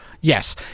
Yes